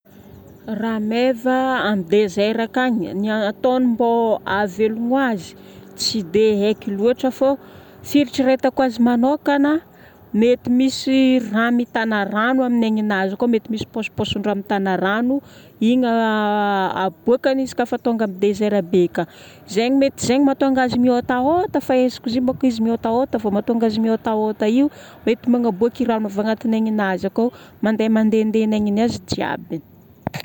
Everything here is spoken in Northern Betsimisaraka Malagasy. Rameva amin'ny désert akagny. Ny ataony mbô hahavelogno azy, tsy dia haiko loatra fô fieritreretako azy manokagna, mety misy raha mitana rano amin'ny ninazy koa mety misy paosipaosin-draha mitana rano igny aboakany izy kafa tonga amin'ny désert be ka. Zegny, mety zegny mahatônga azy miôtaôta, fahaizako izy io mantsy izy miôtaôta fogna fa mahatonga azy miôtaôta io mety magnaboaky rano avy agnatin'ny ninazy akao, mandeha mandendegna ny ninazy jiaby.